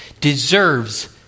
deserves